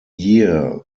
year